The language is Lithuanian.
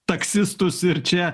taksistus ir čia